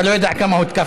אתה לא יודע כמה הותקפתי,